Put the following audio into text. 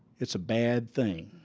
it's a bad thing.